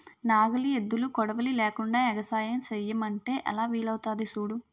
నాగలి, ఎద్దులు, కొడవలి లేకుండ ఎగసాయం సెయ్యమంటే ఎలా వీలవుతాది సూడు